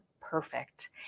perfect